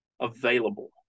available